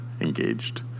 engaged